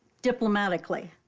diplomatically.